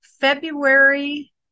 February